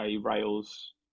Rails